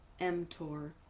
mTOR